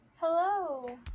Hello